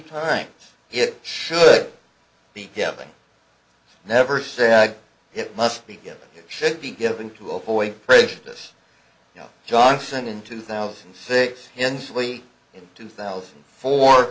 times it should be giving never say it must be given it should be given to avoid prejudice johnson in two thousand and six instantly in two thousand